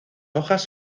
hojas